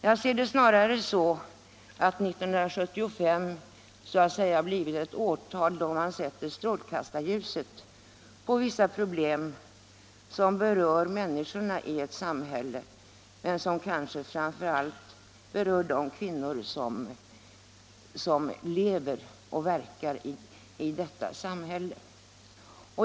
Jag ser det snarare så att 1975 så att säga blivit ett årtal då man sätter strålkastarljuset på vissa problem som berör människorna i ett samhälle men som kanske framför allt berör de kvinnor som lever och verkar i detta samhälle.